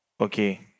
okay